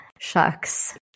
Shucks